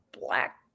black